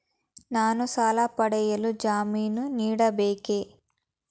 ನಾನು ಸಾಲ ಪಡೆಯಲು ಜಾಮೀನು ನೀಡಬೇಕೇ?